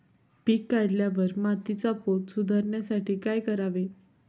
पीक काढल्यावर मातीचा पोत सुधारण्यासाठी काय करावे?